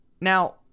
Now